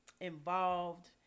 involved